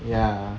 ya